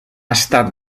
estat